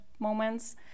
moments